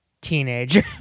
teenager